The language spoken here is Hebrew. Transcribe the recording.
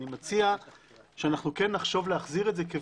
אני מציע שנחשוב להחזיר את זה.